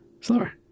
Slower